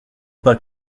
pas